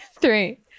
three